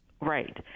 Right